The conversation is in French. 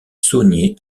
saunier